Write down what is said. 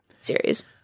series